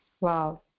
Wow